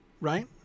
right